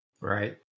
Right